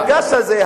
המפגש הזה,